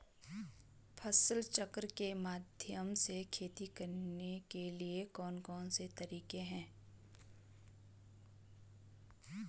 फसल चक्र के माध्यम से खेती करने के लिए कौन कौन से तरीके हैं?